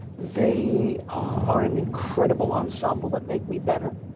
they are an incredible ensemble that make me better.